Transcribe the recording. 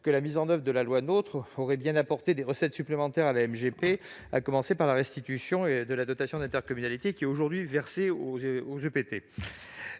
que la mise en oeuvre de la loi NOTRe aurait bien apporté des recettes supplémentaires à la MGP, grâce notamment à la restitution de la dotation d'intercommunalité, qui est aujourd'hui versée aux EPT.